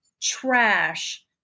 trash